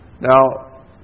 Now